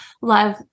love